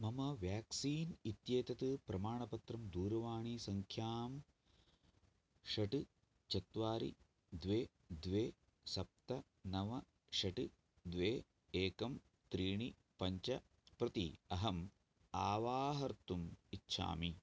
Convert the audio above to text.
मम व्याक्सीन् इत्येतत् प्रमाणपत्रं दूरवाणीसङ्ख्यां षट् चत्वारि द्वे द्वे सप्त नव षट् द्वे एकं त्रीणि पञ्च प्रति अहम् अवाहर्तुम् इच्छामि